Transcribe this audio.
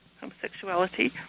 homosexuality